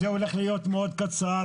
זה הולך להיות מאוד קצר.